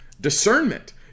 discernment